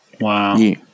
Wow